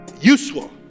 Useful